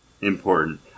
important